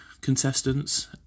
contestants